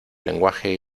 lenguaje